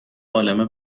عالمه